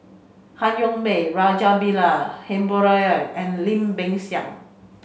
Han Yong May Rajabali Jumabhoy and Lim Peng Siang